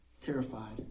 terrified